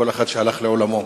כל אחד שהלך לעולמו.